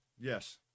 Yes